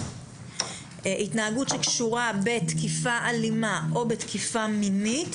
התנהגות שקשורה בתקיפה אלימה או בתקיפה מינית,